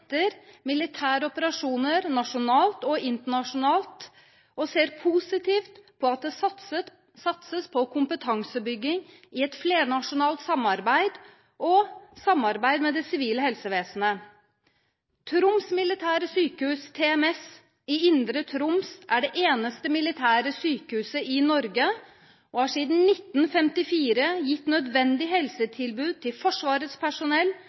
militære operasjoner, nasjonalt og internasjonalt, og ser positivt på at det satses på kompetansebygging i et flernasjonalt samarbeid og på samarbeid med det sivile helsevesenet. Troms militære sykehus, TMS, i Indre Troms er det eneste militære sykehuset i Norge og har siden 1954 gitt nødvendige helsetilbud til Forsvarets personell